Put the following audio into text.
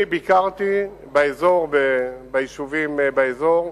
אני ביקרתי ביישובים באזור,